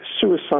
suicide